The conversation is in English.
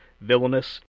villainous